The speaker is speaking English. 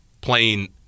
playing